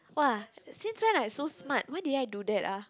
!wah! since when I so smart when did I do that ah